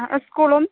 ആ സ്കൂളും